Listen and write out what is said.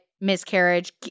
miscarriage